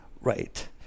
Right